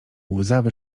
łzawy